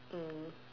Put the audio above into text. mm